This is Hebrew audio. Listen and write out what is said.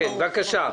כן, בבקשה.